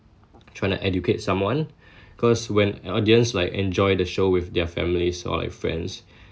trying to educate someone cause when audience like enjoy the show with their families or like friends